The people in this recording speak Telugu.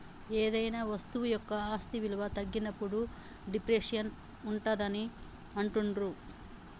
ఏదైనా వస్తువు యొక్క ఆస్తి విలువ తగ్గినప్పుడు డిప్రిసియేషన్ ఉంటాదని అంటుండ్రు